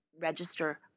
register